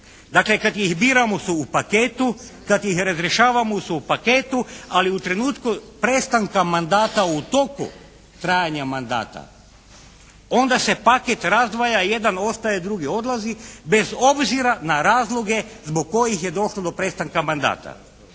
Dakle, kad ih biramo su u paketu, kad ih razrješavamo su u paketu, ali u trenutku prestanka mandata u toku trajanja mandata onda se paket razdvaja, jedan ostaje, drugi odlazi bez obzira na razloge zbog kojih je došlo do prestanka mandata.